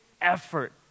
effort